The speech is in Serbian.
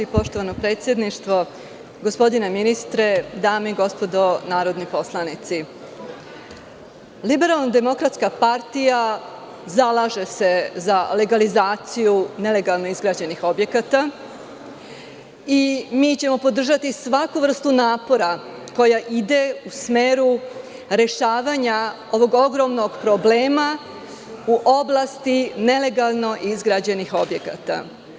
Poštovano predsedništvo, gospodine ministre, dame i gospodo narodni poslanici, Liberalno-demokratska partija zalaže se za legalizaciju nelegalno izgrađenih objekata i mi ćemo podržati svaku vrstu napora koja ide u smeru rešavanja ovog ogromnog problema u oblasti nelegalno izgrađenih objekata.